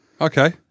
Okay